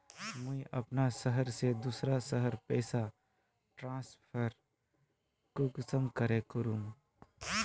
मुई अपना शहर से दूसरा शहर पैसा ट्रांसफर कुंसम करे करूम?